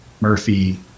Murphy